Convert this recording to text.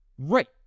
Right